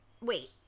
wait